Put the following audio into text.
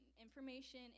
Information